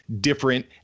different